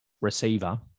receiver